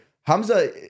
hamza